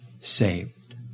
saved